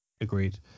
Agreed